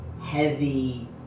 heavy